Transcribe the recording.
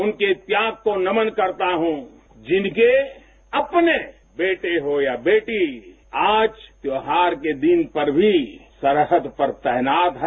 उनके त्याग को नमन करता हूं जिनके अपने बेटे होया बेटी आज त्योहार के दिन पर भी सरहद पर तैनात हैं